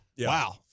Wow